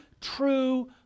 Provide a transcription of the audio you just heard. true